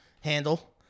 handle